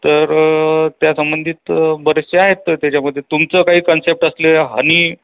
तर त्या संबंधित बरेचसे आहेत तर त्याच्यामध्ये तुमचं काही कन्सेप्ट असले हनी